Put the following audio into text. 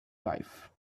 life